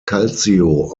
calcio